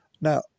Now